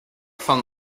from